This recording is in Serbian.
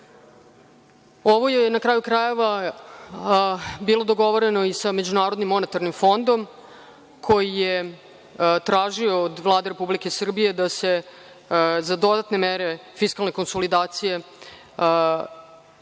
Ovo je na kraju krajeva bilo dogovorena i sa MMF koji je tražio od Vlade Republike Srbije da se za dodatne mere fiskalne konsolidacije